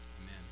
Amen